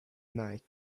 night